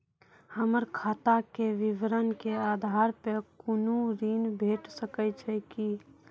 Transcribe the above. हमर खाता के विवरण के आधार प कुनू ऋण भेट सकै छै की?